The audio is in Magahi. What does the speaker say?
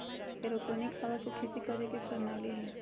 एरोपोनिक हवा में खेती करे के प्रणाली हइ